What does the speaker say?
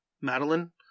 Madeline